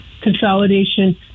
consolidation